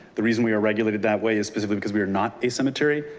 the reason we are regulated that way is specifically because we are not a cemetery.